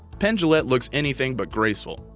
penn jillette looks anything but graceful.